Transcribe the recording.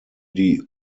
die